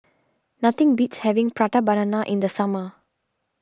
nothing beats having Prata Banana in the summer